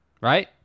right